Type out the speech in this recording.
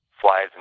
flies